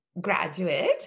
graduate